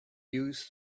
use